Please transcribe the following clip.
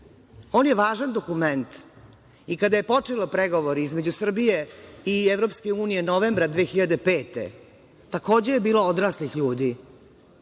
On je važan dokument i kada su počelo pregovori između Srbije i EU, novembra 2005, takođe je bilo odraslih ljudi